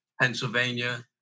Pennsylvania